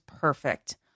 perfect